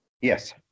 Yes